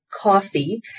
coffee